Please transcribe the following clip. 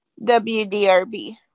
WDRB